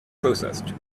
processed